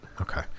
Okay